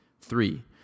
Three